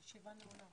הישיבה ננעלה